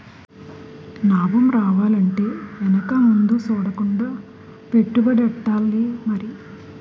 నాబం రావాలంటే ఎనక ముందు సూడకుండా పెట్టుబడెట్టాలి మరి